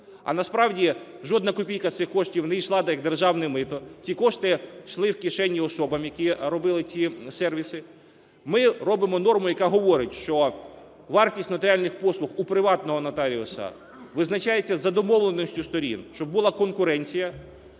а насправді жодна копійка з цих коштів не йшла як державне мито, ці кошти йшли в кишені особам, які робили ці сервіси. Ми робимо норму, яка говорить, що вартість нотаріальних послуг у приватного нотаріуса визначається за домовленістю сторін, щоб була конкуренція.